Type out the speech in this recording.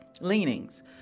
leanings